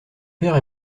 père